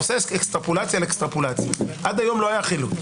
עד היום לא היה חילוט.